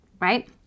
right